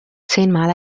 zehnmal